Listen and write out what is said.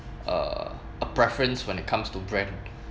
uh a preference when it comes to brand